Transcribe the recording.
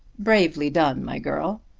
bravely done, my girl.